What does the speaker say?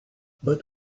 but